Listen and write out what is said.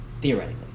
theoretically